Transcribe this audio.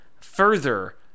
further